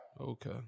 Okay